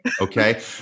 Okay